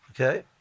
Okay